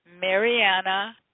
Mariana